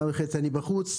שנה וחצי אני "בחוץ".